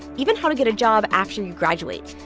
even how to get a job after you graduate.